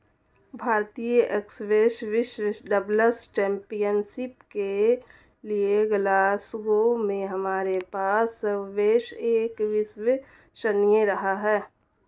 भारतीय स्क्वैश विश्व doubles championship के लिएग्लासगो में हमारे पास स्क्वैश एक अविश्वसनीय रहा है